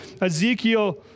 Ezekiel